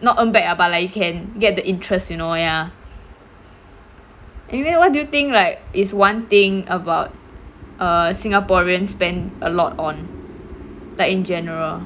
not earn back lah but like you can get the interest you know ya anyway what do you think like is one thing about uh singaporeans spent a lot on like in general